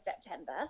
september